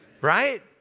right